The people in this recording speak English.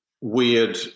weird